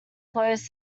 flows